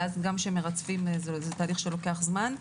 וגם כשמרצפים זה תהליך שלוקח זמן.